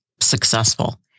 successful